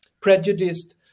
prejudiced